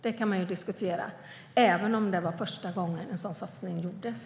Det kan man diskutera, även om det var första gången en sådan satsning gjordes.